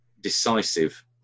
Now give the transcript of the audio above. decisive